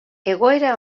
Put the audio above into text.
egoera